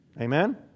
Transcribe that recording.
Amen